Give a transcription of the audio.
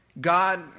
god